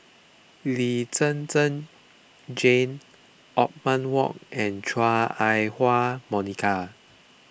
Lee Zhen Zhen Jane Othman Wok and Chua Ah Huwa Monica